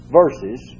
verses